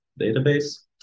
database